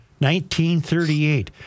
1938